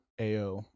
Ao